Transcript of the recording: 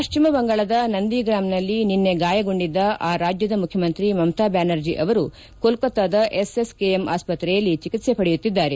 ಪಶ್ಚಿಮ ಬಂಗಾಳದ ನಂದಿಗ್ರಾಮ್ನಲ್ಲಿ ನಿನ್ನೆ ಗಾಯಗೊಂಡಿದ್ದ ಆ ರಾಜ್ಯದ ಮುಖ್ಯಮಂತ್ರಿ ಮಮತಾ ಬ್ಯಾನರ್ಜಿ ಅವರು ಕೋಲ್ಕತ್ತಾದ ಎಸ್ಎಸ್ಕೆಎಂ ಆಸ್ಪತ್ರೆಯಲ್ಲಿ ಚಿಕಿತ್ಸೆ ಪಡೆಯುತ್ತಿದ್ದಾರೆ